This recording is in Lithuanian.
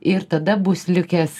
ir tada bus likęs